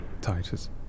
Titus